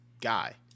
guy